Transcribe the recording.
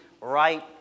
right